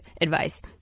advice